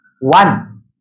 one